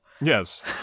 Yes